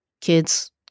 kids